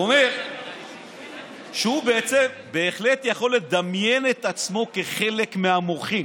והוא אומר שהוא בעצם בהחלט יכול לדמיין את עצמו כחלק מהמוחים.